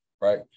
Right